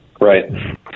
Right